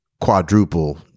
quadruple